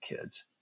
kids